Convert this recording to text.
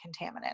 contaminant